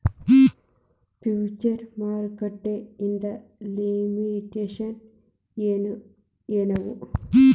Future market ಇಂದ್ limitations ಏನ್ ಏನವ?